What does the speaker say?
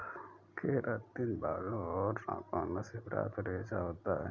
keratin बालों और नाखूनों से प्राप्त रेशा होता है